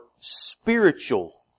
spiritual